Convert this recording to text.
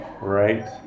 right